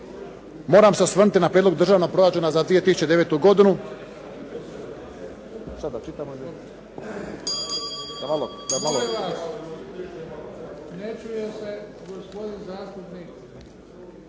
moram se osvrnuti na prijedlog Državnog proračun za 2009. godinu.